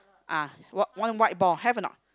ah one one white ball have or not